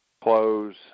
close